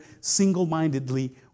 single-mindedly